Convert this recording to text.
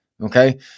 okay